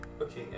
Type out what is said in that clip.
Okay